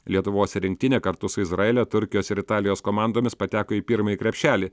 lietuvos rinktinė kartu su izraelio turkijos ir italijos komandomis pateko į pirmąjį krepšelį